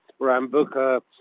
Rambuka